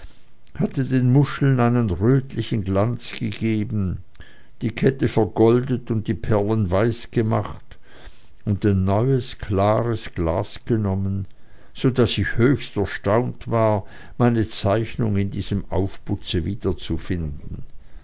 hatte den muscheln einen rötlichen glanz gegeben die kette vergoldet und die perlen weiß gemacht und ein neues klares glas genommen so daß ich höchst erstaunt war meine zeichnung in diesem aufputze wiederzufinden